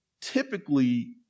typically